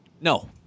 No